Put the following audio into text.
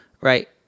right